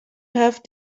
have